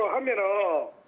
i mean at all,